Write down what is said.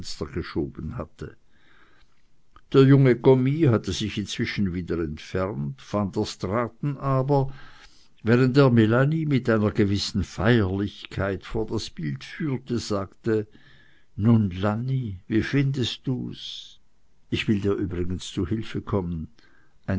geschoben hatte der junge kommis hatte sich inzwischen wieder entfernt van der straaten aber während er melanie mit einer gewissen feierlichkeit vor das bild führte sagte nun lanni wie findest du's ich will dir übrigens zu hilfe kommen